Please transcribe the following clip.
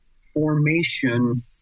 Formation